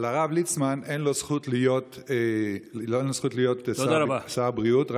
אבל הרב ליצמן, אין לו זכות להיות שר הבריאות.